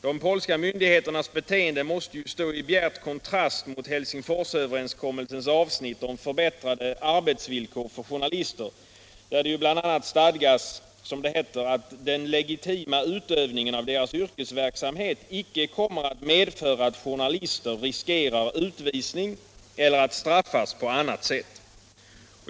De polska myndigheternas beteende måste stå i bjärt kontrast mot Helsingforsöverenskommelsens avsnitt om förbättrade arbetsvillkor för journalister, där det bl.a. stadgas att ”den legitima utövningen av deras yrkesverksamhet icke kommer att medföra att journalister riskerar utvisning eller att straffas på annat sätt”.